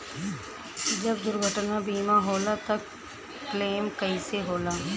जब दुर्घटना बीमा होला त क्लेम कईसे होला?